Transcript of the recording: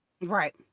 Right